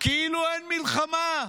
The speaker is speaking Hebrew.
כאילו אין מלחמה.